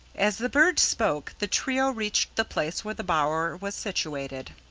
as the bird spoke the trio reached the place where the bower was situated.